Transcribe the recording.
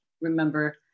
remember